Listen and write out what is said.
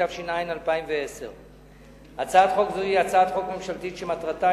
התש"ע 2010. הצעת חוק זו היא הצעת חוק ממשלתית שמטרתה